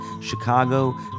Chicago